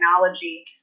technology